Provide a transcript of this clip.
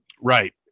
right